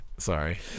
Sorry